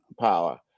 power